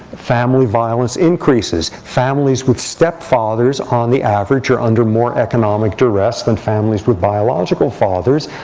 family violence increases. families with stepfathers, on the average, are under more economic duress than families with biological fathers,